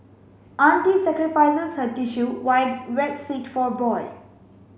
auntie sacrifices her tissue wipes wet seat for boy